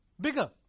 bigger